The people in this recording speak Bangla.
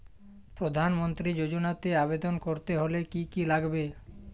প্রধান মন্ত্রী যোজনাতে আবেদন করতে হলে কি কী লাগবে?